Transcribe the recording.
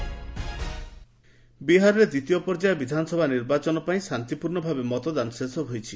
Bihar election ବିହାରରେ ଦ୍ୱିତୀୟ ପର୍ଯ୍ୟାୟ ବିଧାନସଭା ନିର୍ବାଚନ ପାଇଁ ଶାନ୍ତିପୂର୍ଣ୍ଣ ଭାବେ ମତଦାନ ଶେଷ ହୋଇଛି